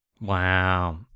Wow